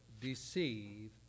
deceive